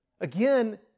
Again